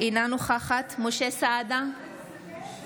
אינה נוכחת משה סעדה,